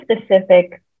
specific